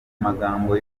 magambo